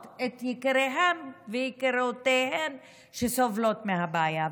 את יקיריהן ויקירותיהן שסובלות מהבעיה.